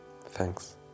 Thanks